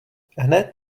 hned